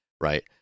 right